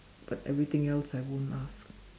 but everything else I won't ask